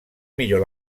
millor